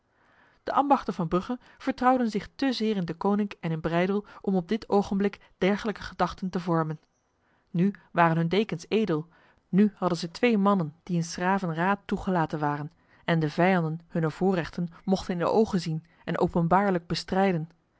de ambachten van brugge vertrouwden zich te zeer in deconinck en in breydel om op dit ogenblik dergelijke gedachten te vormen nu waren hun dekens edel nu hadden zij twee mannen die in s gravenraad toegelaten waren en de vijanden hunner voorrechten mochten in de ogen zien en openbaarlijk bestrijden